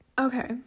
Okay